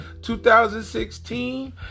2016